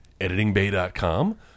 editingbay.com